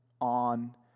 on